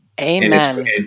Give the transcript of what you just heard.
Amen